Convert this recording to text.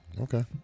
Okay